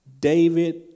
David